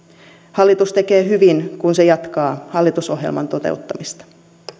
hallitus tekee hyvin kun se jatkaa hallitusohjelman toteuttamista